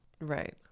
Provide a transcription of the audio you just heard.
Right